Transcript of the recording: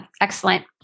excellent